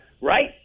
right